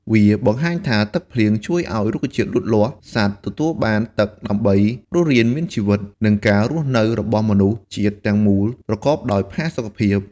វាបង្ហាញថាទឹកភ្លៀងជួយឲ្យរុក្ខជាតិលូតលាស់ សត្វទទួលបានទឹកដើម្បីរស់រានមានជីវិត និងការរស់នៅរបស់មនុស្សជាតិទាំងមូលប្រកបដោយផាសុកភាព។